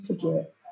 forget